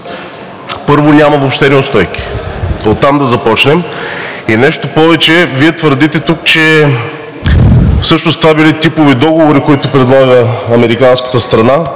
първо, няма въобще неустойки, оттам да започнем. И нещо повече, Вие твърдите тук, че всъщност това били типови договори, които предлага американската страна.